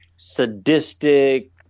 sadistic